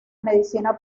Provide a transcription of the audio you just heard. medicina